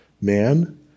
man